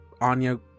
Anya